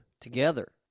together